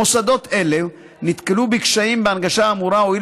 מוסדות אלה נתקלו בקשיים בהנגשה האמורה הואיל